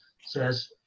says